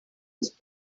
was